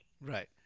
Right